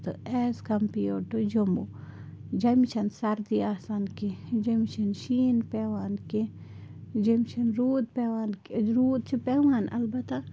تہٕ as compared to Jammu جَمہِ چھَنہٕ سردی آسان کیٚنٛہہ جیٚمہِ چھِنہٕ شیٖن پٮ۪وان کیٚنٛہہ جیٚمہِ چھِنہٕ روٗد پٮ۪وان کہِ روٗد چھِ پٮ۪وان اَلبَتہ